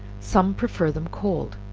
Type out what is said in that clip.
some prefer them cold.